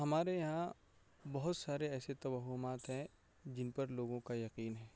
ہمارے یہاں بہت سارے ایسے تواہمات ہیں جن پر لوگوں کا یقین ہے